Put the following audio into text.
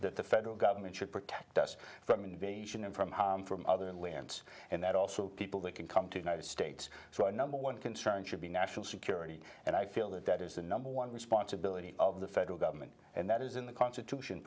that the federal government should protect us from invasion and from home from other lands and that also people that can come to united states so our number one concern should be national security and i feel that that is the number one responsibility of the federal government and that is in the constitution